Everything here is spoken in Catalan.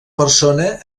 persona